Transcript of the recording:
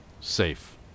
safe